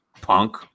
punk